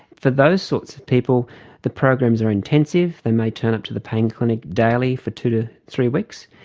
for those sorts of people the programs are intensive, they may turn up to the pain clinic daily for two to three weeks,